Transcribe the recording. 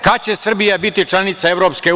Kad će Srbija biti članica EU?